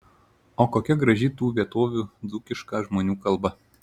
o kokia graži tų vietovių dzūkiška žmonių kalba